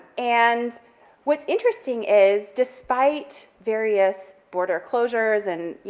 and what's interesting is despite various border closures and you